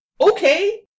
Okay